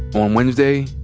on wednesday,